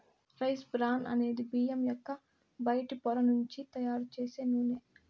rice bran అనేది బియ్యం యొక్క బయటి పొర నుంచి తయారు చేసే నూనె